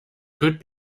could